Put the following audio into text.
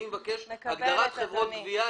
אני מבקש התייחסויות להגדרת "חברת גבייה",